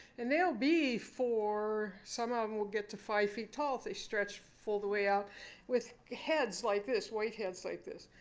and they'll be for some of them will get to five feet tall if they stretch full the way out with heads like this white heads like this.